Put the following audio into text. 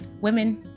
women